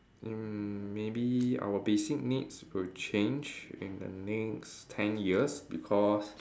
mm maybe our basic needs will change in the next ten years because